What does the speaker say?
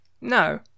No